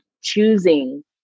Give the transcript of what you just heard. choosing